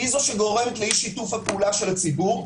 היא זו שגורמת לאי שיתוף הפעולה של הציבור.